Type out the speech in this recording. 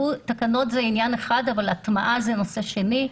שתקנות זה עניין אחד אבל הטמעה זה עניין שני.